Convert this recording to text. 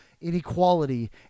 Inequality